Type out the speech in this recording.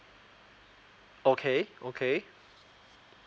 okay okay